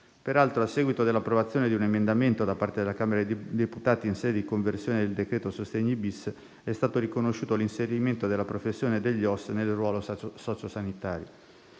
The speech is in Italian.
Peraltro, a seguito dell'approvazione di un emendamento da parte della Camera dei deputati in sede di conversione del decreto-legge sostegni-*bis*, è stato riconosciuto l'inserimento della professione degli OSS nel ruolo socio-sanitario.